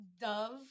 dove